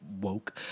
woke